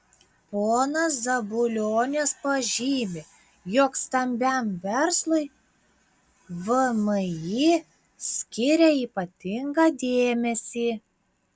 ponas zabulionis pažymi jog stambiam verslui vmi skiria ypatingą dėmesį